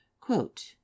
Quote